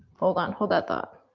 hold on, hold that thought.